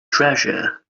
treasure